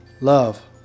love